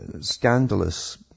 scandalous